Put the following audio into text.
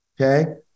okay